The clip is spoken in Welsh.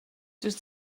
dwyt